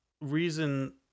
reason